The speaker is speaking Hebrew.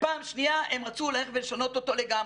ופעם שנייה הם רצו ללכת ולשנות אותו לגמרי,